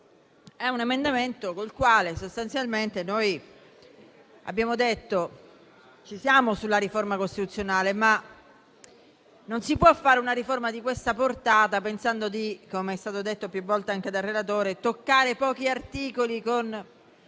01.1 abbiamo voluto sostanzialmente dire che ci siamo sulla riforma costituzionale, ma non si può fare una riforma di questa portata pensando - com'è stato detto più volte anche dal relatore - di toccare pochi articoli con